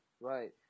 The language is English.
Right